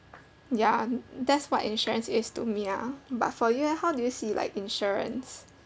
ya that's what insurance is to me lah but for you eh how do you see like insurance